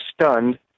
stunned